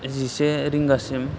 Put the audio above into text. जिसे रिंगासिम